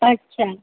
अच्छा